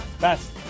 Best